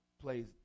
plays